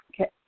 Okay